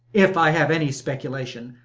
if i have any speculation,